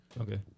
Okay